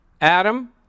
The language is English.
Adam